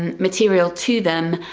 and material to them,